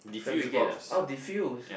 fabricate ah diffuse